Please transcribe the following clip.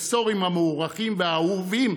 חשוב מאוד, ההתנהלות הזו נגד ערבים.